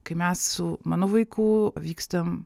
kai mes su mano vaiku vykstam